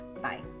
bye